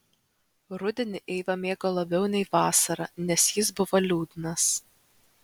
rudenį eiva mėgo labiau nei vasarą nes jis buvo liūdnas